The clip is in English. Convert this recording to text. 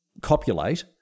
copulate